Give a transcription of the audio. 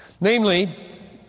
Namely